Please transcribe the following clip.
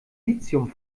lithium